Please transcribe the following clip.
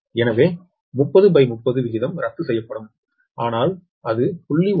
எனவே 3030 விகிதம் ரத்து செய்யப்படும் ஆனால் அது 0